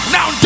Now